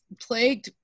plagued